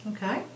Okay